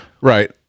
right